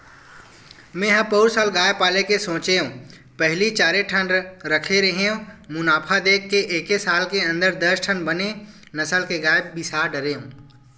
मेंहा पउर साल गाय पाले के सोचेंव पहिली चारे ठन रखे रेहेंव मुनाफा देख के एके साल के अंदर दस ठन बने नसल के गाय बिसा डरेंव